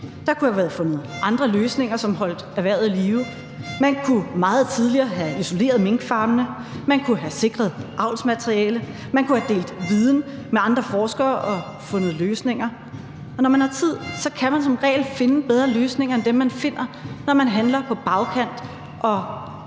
Der kunne jo have været fundet andre løsninger, som holdt erhvervet i live. Man kunne meget tidligere have isoleret minkfarmene, man kunne have sikret avlsmateriale, man kunne have delt viden med andre forskere og fundet løsninger, og når man har tid, kan man som regel finde bedre løsninger end dem, som man finder, når man handler på bagkant og